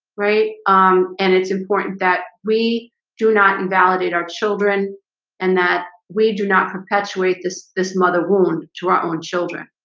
right um and it's important that we do not invalidate our children and that we do not perpetuate this this mother wound to our own children